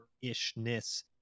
ishness